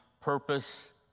purpose